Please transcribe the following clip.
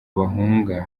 bahunga